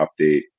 update